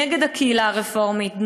נגד הקהילה הרפורמית,